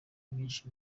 myinshi